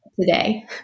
today